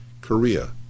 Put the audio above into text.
Korea